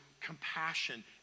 compassion